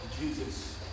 Jesus